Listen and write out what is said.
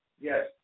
Yes